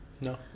No